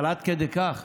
אבל עד כדי כך?